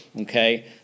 Okay